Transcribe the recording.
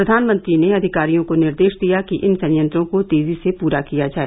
प्रधानमंत्री ने अधिकारियों को निर्देश दिया कि इन संयंत्रों को तेजी से पूरा किया जाए